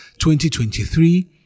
2023